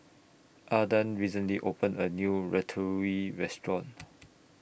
Adah recently opened A New Ratatouille Restaurant